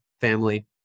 family